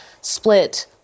split